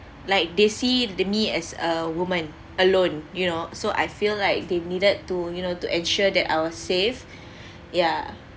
like they see the me as a woman alone you know so I feel like they needed to you know to ensure that I'll safe yeah